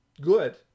good